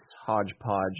hodgepodge